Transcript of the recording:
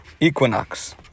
equinox